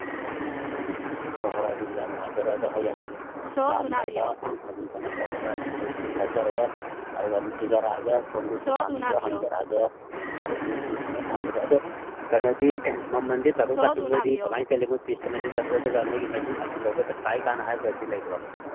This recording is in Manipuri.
ꯑꯣ ꯍꯣꯏ ꯍꯣꯏ ꯑꯗꯨꯗꯤ ꯌꯥꯝ ꯅꯨꯡꯉꯥꯏꯖꯔꯦ ꯑꯗꯣ ꯍꯌꯦꯡ ꯂꯥꯛꯑꯝꯗꯥꯏꯗ ꯑꯗꯨꯝ ꯀꯩꯅꯣ ꯇꯧꯔꯒ ꯑꯗꯨꯝ ꯑꯩ ꯂꯥꯛꯆꯔꯒꯦ ꯑꯗꯨꯒ ꯑꯗꯨꯝ ꯊꯤꯖꯔꯛꯑꯒꯦ ꯁꯣꯝꯒꯤ ꯗꯨꯀꯥꯟꯗꯨ ꯍꯪꯖꯔꯛꯑꯒꯦ ꯑꯗꯒꯤ ꯊꯪꯅ ꯊꯪꯅꯕꯗ ꯑꯗꯨ ꯀꯩꯅꯣꯗꯤ ꯃꯃꯟꯗꯤ ꯇꯥꯊꯣꯛ ꯇꯥꯁꯤꯟ ꯅꯣꯏꯗꯤ ꯀꯃꯥꯏꯅ ꯆꯠꯂꯤ ꯃꯣꯏ ꯄꯤꯁꯇ ꯃꯁꯤꯡ ꯆꯠꯄ꯭ꯔꯣ ꯑꯗꯨꯒ ꯅꯣꯏꯒꯤ ꯃꯁꯤꯡ ꯑꯁꯨꯛ ꯂꯧꯕꯗ ꯇꯥꯏ ꯀꯥꯏꯅ ꯍꯥꯏꯕꯒꯗꯤ ꯂꯩꯕ꯭ꯔꯣ